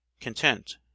content